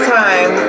time